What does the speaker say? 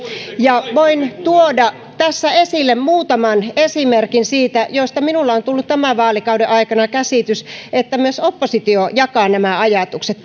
ja voin tuoda tässä esille muutaman esimerkin ajatuksista joista minulle on tullut tämän vaalikauden aikana käsitys että myös oppositio ne jakaa